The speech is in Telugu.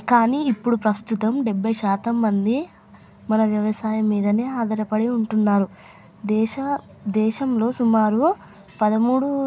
కానీ ఇప్పుడు ప్రస్తుతం డెబ్భై శాతం మంది మన వ్యవసాయం మీద ఆధారపడి ఉంటున్నారు దేశ దేశంలో సుమారు పదమూడు